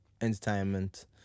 entertainment